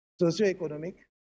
socio-économique